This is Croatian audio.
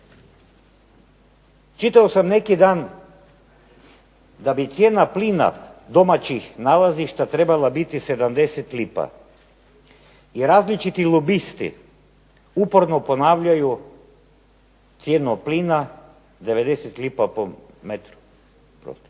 Čitao sam neki dan da bi cijena plina domaćih nalazišta trebala biti 70 lipa i različiti lobisti uporno ponavljaju cijenu plina 90 lipa po metru prostornom.